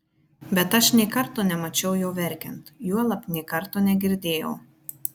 bet aš nė karto nemačiau jo verkiant juolab nė karto negirdėjau